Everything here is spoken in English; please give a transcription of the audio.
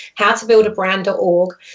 howtobuildabrand.org